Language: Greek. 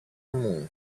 μου